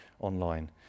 online